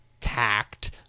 tact